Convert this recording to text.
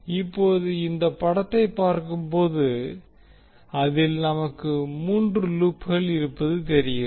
இப்போது இந்த படத்தை பார்க்கும்போது அதில் நமக்கு மூன்று லூப்கள் இருப்பது தெரிகிறது